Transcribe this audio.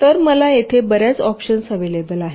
तर मला येथे बर्याच ऑप्शन अव्हेलेबल आहेत